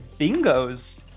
bingos